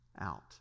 out